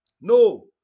No